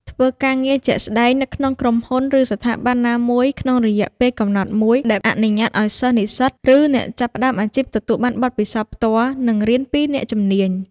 ធ្វើការងារជាក់ស្តែងនៅក្នុងក្រុមហ៊ុន ឬស្ថាប័នណាមួយក្នុងរយៈពេលកំណត់មួយដែលអនុញ្ញាតឲ្យសិស្ស និស្សិត ឬអ្នកចាប់ផ្តើមអាជីពទទួលបានបទពិសោធន៍ផ្ទាល់ និងរៀនពីអ្នកជំនាញ។